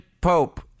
Pope